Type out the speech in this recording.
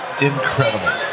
incredible